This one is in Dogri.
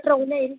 फिर